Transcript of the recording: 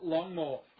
Longmore